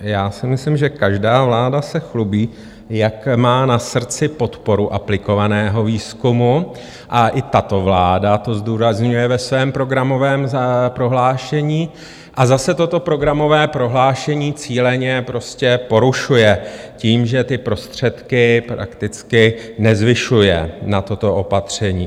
Já si myslím, že každá vláda se chlubí, jak má na srdci podporu aplikovaného výzkumu, a i tato vláda to zdůrazňuje ve svém programovém prohlášení, a zase toto programové prohlášení cíleně prostě porušuje tím, že ty prostředky prakticky nezvyšuje na toto opatření.